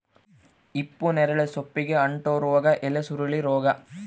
ಹಿಪ್ಪುನೇರಳೆ ಸೊಪ್ಪಿಗೆ ಅಂಟೋ ರೋಗ ಎಲೆಸುರುಳಿ ರೋಗ